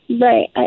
Right